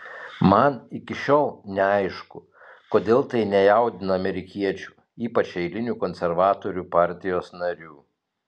man iki šiol neaišku kodėl tai nejaudina amerikiečių ypač eilinių konservatorių partijos narių